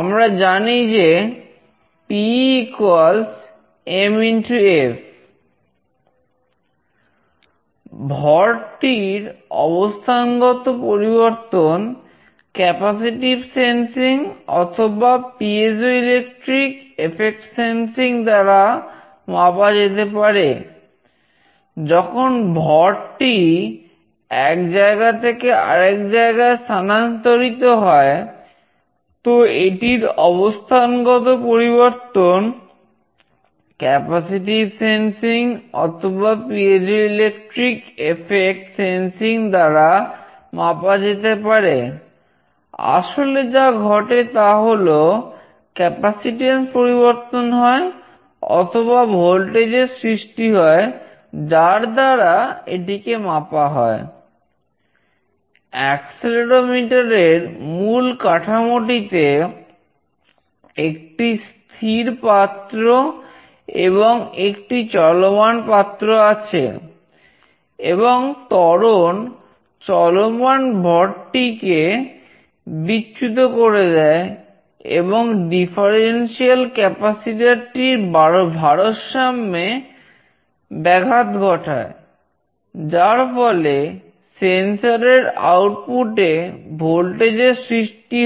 আমরা জানি যে Pm x f ভরটির অবস্থানগত পরিবর্তন ক্যাপাসিটিভ সেন্সিং সৃষ্টি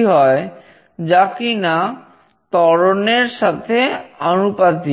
হয় যা কিনা ত্বরণের সাথে আনুপাতিক